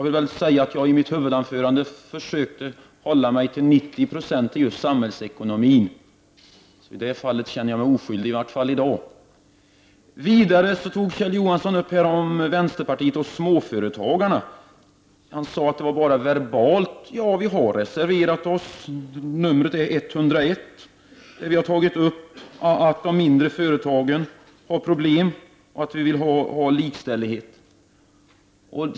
I mitt huvudanförande försökte jag att till 90 20 hålla mig till samhällsekonomin, så i det fallet känner jag mig oskyldig — i varje fall i dag. Kjell Johansson talade om vänsterpartiet och småföretagarna. Han sade att vår omsorg om småföretagarna bara är verbal. I reservation nr 101 har vi tagit upp att de mindre företagen har problem och att vi vill att det skall råda likställighet.